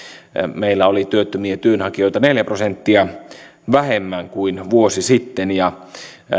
meillä oli työttömiä työnhakijoita neljä prosenttia vähemmän kuin vuosi sitten ja